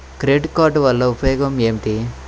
Credit card వల్ల ఉపయోగం ఏమిటీ?